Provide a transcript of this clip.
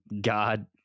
God